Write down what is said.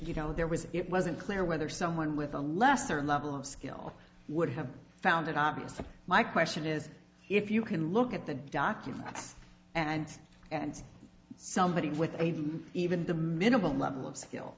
you know there was it wasn't clear whether someone with a lesser level of skill would have found it obvious that my question is if you can look at the documents and and somebody with even the minimal level of skill